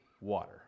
water